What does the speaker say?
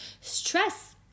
Stress